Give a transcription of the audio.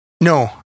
No